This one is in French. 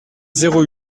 zéro